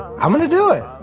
i'm going to do it